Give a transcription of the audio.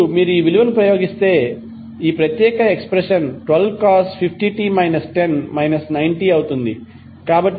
ఇప్పుడు మీరు ఈ విలువను ఉపయోగిస్తే ఈ ప్రత్యేక ఎక్స్ప్రెషన్ 12cos అవుతుంది